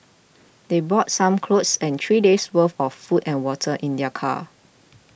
they brought some clothes and three days' worth of food and water in their car